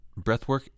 breathwork